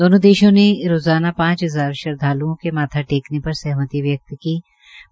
दोनों देशों ने रोज़ाना पांच हजार श्रद्वालुओं के माथा टेकने पर सहमति व्यक्त की है